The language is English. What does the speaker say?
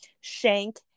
Shank